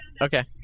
Okay